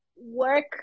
work